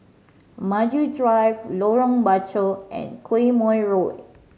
Maju Drive Lorong Bachok and Quemoy Road